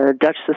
Dutch